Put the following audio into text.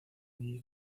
allí